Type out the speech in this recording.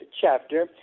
chapter